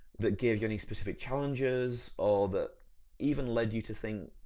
that give you any specific challenges or that even led you to think,